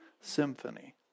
Symphony